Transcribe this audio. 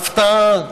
הפתעה: